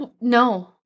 No